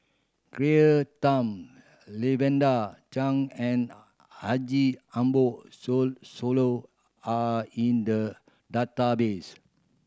Claire Tham Lavender Chang and Haji Ambo Sooloh are in the database